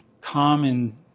common